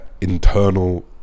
internal